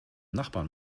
nachbarn